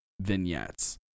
vignettes